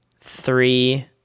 three